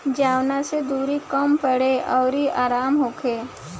जवना से दुरी कम पड़े अउर आराम होखे